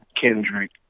Kendrick